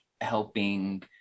helping